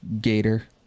gator